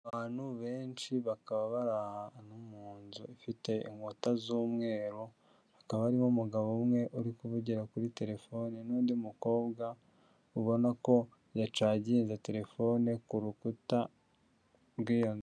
Abantu benshi bakaba bari ahantu mu nzu ifite inkuta z'umweru. Hakaba harimo umugabo umwe uri kuvugira kuri telefoni, n'undi mukobwa, ubona ko yacaginze telefone ku rukuta, rw'iyo nzu.